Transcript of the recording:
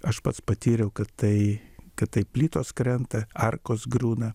aš pats patyriau kad tai kad taip plytos krenta arkos griūna